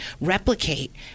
replicate